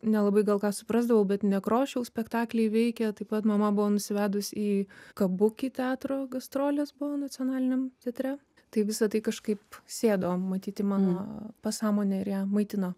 nelabai gal ką suprasdavau bet nekrošiaus spektakliai veikė taip pat mama buvo nusivedus į kabuki teatro gastrolės buvo nacionaliniam teatre tai visa tai kažkaip sėdo matyt į mano pasąmonę ir ją maitino